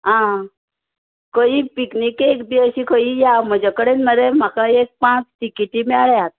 आ खंयच पिकनिकेके बी अशी खंयी या म्हजे कडेन मरे म्हका एक पांच टिकेटी मेळ्यात